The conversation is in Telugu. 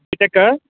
బీటెక్కా